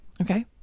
Okay